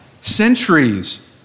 centuries